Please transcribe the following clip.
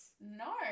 No